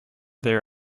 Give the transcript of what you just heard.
their